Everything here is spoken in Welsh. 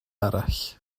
arall